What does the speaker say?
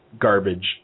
garbage